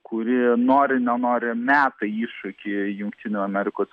kuri nori nenori meta iššūkį jungtinių amerikos